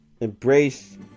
embrace